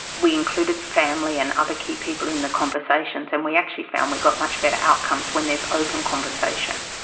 we included family and other key people in the conversations and we actually found we got much better outcomes when there's open conversation.